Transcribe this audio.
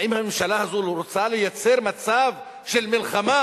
האם הממשלה הזאת רוצה לייצר מצב של מלחמה